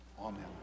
Amen